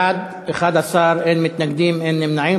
בעד, 11, אין מתנגדים, אין נמנעים.